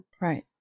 Right